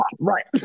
Right